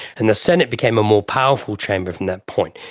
and the senate became a more powerful chamber from that point,